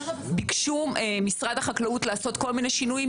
ביקשו משרד החקלאות לעשות כל מיני שינויים,